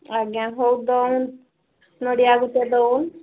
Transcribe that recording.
ଆଜ୍ଞା ହେଉ ଦେଉନ ନଡ଼ିଆ ଗୋଟେ ଦେଉନ